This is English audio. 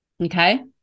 Okay